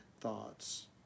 thoughts